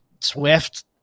Swift